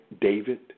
David